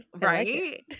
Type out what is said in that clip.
Right